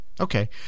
Okay